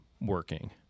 working